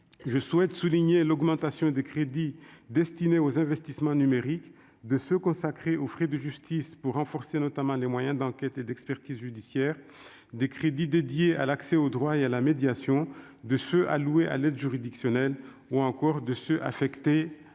je souhaite souligner l'augmentation des crédits destinés aux investissements numériques, des crédits consacrés aux frais de justice pour renforcer notamment les moyens d'enquête et d'expertise judiciaire, des crédits dédiés à l'accès au droit et à la médiation, des crédits alloués à l'aide juridictionnelle, ou encore des crédits affectés à l'aide aux victimes-